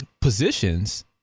positions